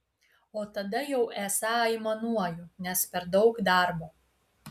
o tada jau esą aimanuoju nes per daug darbo